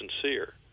sincere